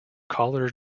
callers